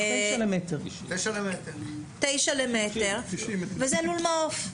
9 תרנגולות למטר וזה לול מעוף.